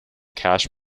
cash